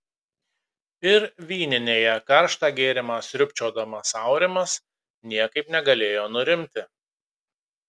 ir vyninėje karštą gėrimą sriubčiodamas aurimas niekaip negalėjo nurimti